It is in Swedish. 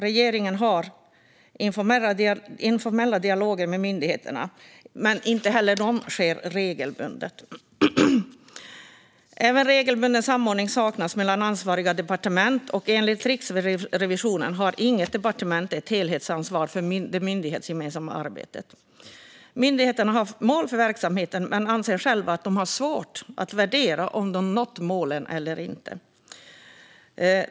Regeringen har informella dialoger med myndigheterna, men inte heller dessa sker regelbundet. Även regelbunden samordning mellan ansvariga departement saknas, och enligt Riksrevisionen har inget departement ett helhetsansvar för det myndighetsgemensamma arbetet. Myndigheterna har haft mål för verksamheten men anser själva att de har svårt att värdera om de nått målen eller inte.